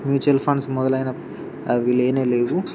mutual funds మొదలైన అవి లేనే లేవు